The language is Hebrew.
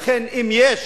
לכן אם יש